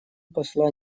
посла